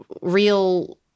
real